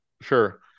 Sure